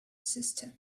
sister